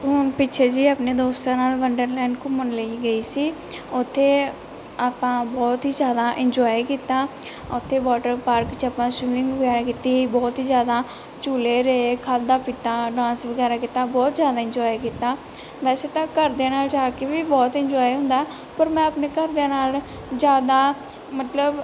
ਹੁਣ ਪਿੱਛੇ ਜਿਹੇ ਆਪਣੇ ਦੋਸਤਾਂ ਨਾਲ ਵੰਡਰਲੈਂਡ ਘੁੰਮਣ ਲਈ ਗਈ ਸੀ ਓਥੇ ਆਪਾਂ ਬਹੁਤ ਹੀ ਜ਼ਿਆਦਾ ਇੰਜੋਆਏ ਕੀਤਾ ਓਥੇ ਵੋਟਰ ਪਾਰਕ 'ਚ ਆਪਾਂ ਸਵੀਮਿੰਗ ਵਗੈਰਾ ਕੀਤੀ ਬਹੁਤ ਹੀ ਜ਼ਿਆਦਾ ਝੁੱਲੇ ਲਏ ਖਾਦਾ ਪੀਤਾ ਡਾਂਸ ਵਗੈਰਾ ਕੀਤਾ ਬਹੁਤ ਜ਼ਿਆਦਾ ਇੰਜੋਆਏ ਕੀਤਾ ਵੈਸੇ ਤਾਂ ਘਰਦਿਆਂ ਨਾਲ ਜਾ ਕੇ ਵੀ ਬਹੁਤ ਇੰਜੋਆਏ ਹੁੰਦਾ ਪਰ ਮੈਂ ਆਪਣੇ ਘਰਦਿਆਂ ਨਾਲ ਜ਼ਿਆਦਾ ਮਤਲਬ